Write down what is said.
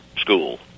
school